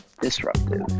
Disruptive